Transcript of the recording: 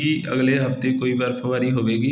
ਕੀ ਅਗਲੇ ਹਫਤੇ ਕੋਈ ਬਰਫਬਾਰੀ ਹੋਵੇਗੀ